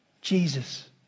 Jesus